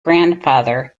grandfather